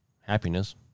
happiness